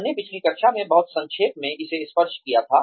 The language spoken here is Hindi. हमने पिछली कक्षा में बहुत संक्षेप में इसे स्पर्श किया था